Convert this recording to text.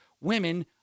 women